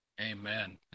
Amen